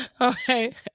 okay